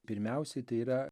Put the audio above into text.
pirmiausiai tai yra